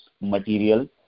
material